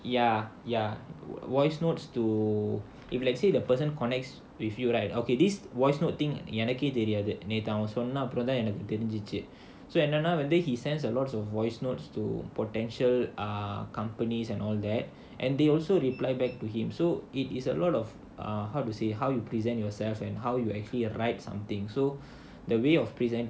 ya ya voice notes to if let's say the person connects with you right okay this voice note think எனக்கே தெரியாது எனக்கு நேத்து அவன் சொன்ன அப்புறம் தான் எனக்கே தெரிஞ்சுசு:enakkae theriyaathu enakku nethu avan sonna appuram thaan enakkae therinjuchu he sends a lots of voice notes to potential uh companies and all that and they also reply back to him so it is a lot of err how to say how you present yourself and how you actually write something so the way of present